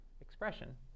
expression